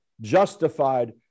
justified